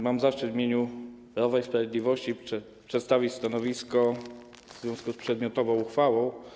Mam zaszczyt w imieniu Prawa i Sprawiedliwości przedstawić stanowisko w związku z przedmiotową uchwałą.